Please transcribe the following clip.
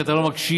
אתה לא מקשיב.